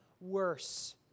worse